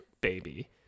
baby